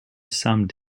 summed